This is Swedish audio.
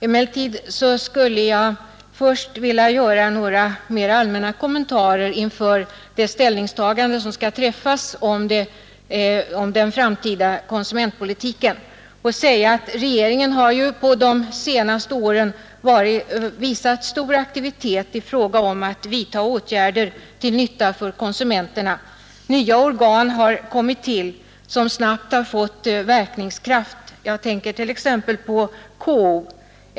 Emellertid skulle jag först vilja göra några mer allmänna kommentarer inför det ställningstagande till den framtida konsumentpolitiken, som vi nu står inför, och säga att regeringen har ju under de senaste åren visat stor aktivitet i fråga om att vidta åtgärder till nytta för konsumenterna. Nya organ har kommit till som snabbt fått verkningskraft — jag tänker t.ex. på KO.